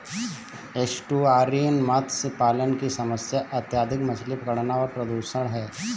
estuarine मत्स्य पालन की समस्या अत्यधिक मछली पकड़ना और प्रदूषण है